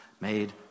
made